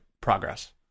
progress